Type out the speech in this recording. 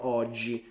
oggi